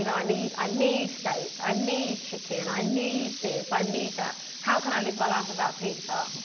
you know i need i need steak. i need chicken. i need this, i need that. how could i live my life without pizza?